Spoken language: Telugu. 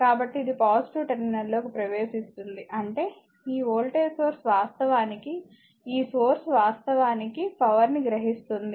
కాబట్టి ఇది పాజిటివ్ టెర్మినల్లోకి ప్రవేశిస్తుంది అంటే ఈ వోల్టేజ్ సోర్స్ వాస్తవానికి ఈ సోర్స్ వాస్తవానికి పవర్ ని గ్రహిస్తుంది